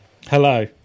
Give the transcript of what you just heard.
Hello